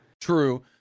True